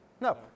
No